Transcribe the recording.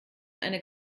eine